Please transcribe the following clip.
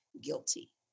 guilty